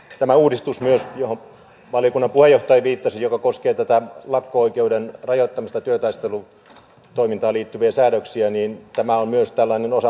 myös tämä uudistus johon valiokunnan puhejohtaja jo viittasi joka koskee tätä lakko oikeuden rajoittamista ja työtaistelutoimintaan liittyviä säännöksiä on tällainen osa modernisointia